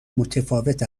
متفاوت